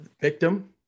victim